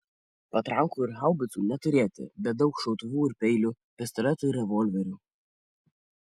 patrankų ir haubicų neturėti bet daug šautuvų ir peilių pistoletų ir revolverių